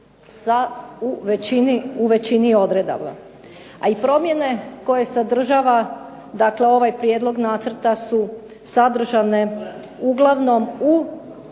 u većini odredbi. A i promjene koje sadržava ovaj prijedlog nacrta su sadržane uglavnom u